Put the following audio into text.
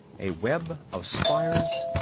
a web of spires.